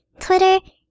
Twitter